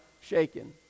shaken